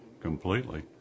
completely